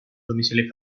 domicili